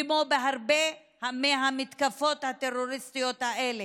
כמו בהרבה מהמתקפות הטרוריסטיות האלה,